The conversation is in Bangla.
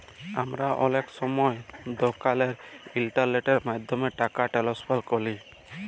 আমরা অলেক সময় দকালের ইলটারলেটের মাধ্যমে টাকা টেনেসফার ক্যরি